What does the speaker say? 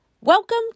Welcome